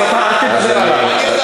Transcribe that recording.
אז אל תדבר אלי.